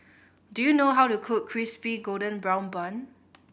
do you know how to cook Crispy Golden Brown Bun